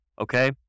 Okay